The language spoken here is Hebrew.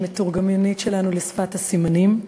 המתורגמנית שלנו לשפת הסימנים.